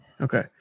Okay